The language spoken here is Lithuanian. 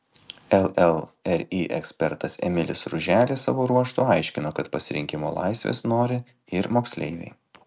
llri ekspertas emilis ruželė savo ruožtu aiškino kad pasirinkimo laivės nori ir moksleiviai